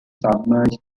submerged